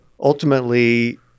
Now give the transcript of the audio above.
ultimately